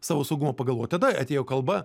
savo saugumą pagalvot tada atėjo kalba